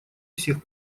всех